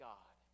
God